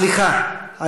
סליחה,